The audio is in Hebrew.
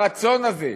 הרצון הזה,